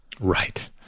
Right